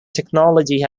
technology